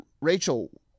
Rachel